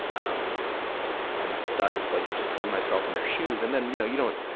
um and thus, it's like just putting myself in their shoes. and then, you know, you don't,